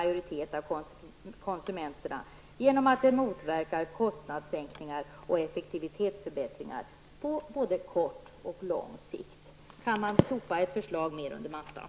Detta är refererat direkt ur KFs remissvar -- KF brukar Inger Hestvik annars tycka står upp för konsumenterna. Kan man sopa ert förslag mer under mattan?